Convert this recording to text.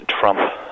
Trump